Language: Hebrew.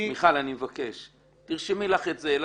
מיכל, אני מבקש, תרשמי לך את זה.